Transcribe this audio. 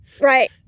Right